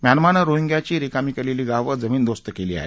म्यानमांनं रोहिंग्यांची रिकामी केलेली गावं जमिनदोस्त केली आहेत